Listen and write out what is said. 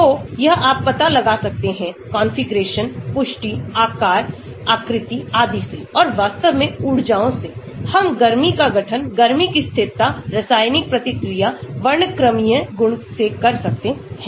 तो यह आप पता लगा सकते हैं कॉन्फ़िगरेशन पुष्टि आकार आकृति आदि से और वास्तव में ऊर्जाओं से हम गर्मी का गठन गर्मी की स्थिरता रासायनिक प्रतिक्रिया वर्णक्रमीय गुण से कर सकते हैं